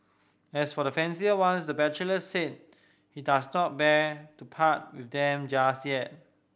as for the fancier ones the bachelor said he does not bear to part with them just yet